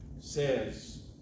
says